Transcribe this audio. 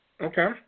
Okay